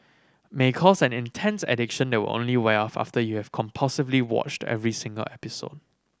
may cause an intense addiction that will only wear off after year compulsively watched every single episode